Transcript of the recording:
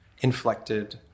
inflected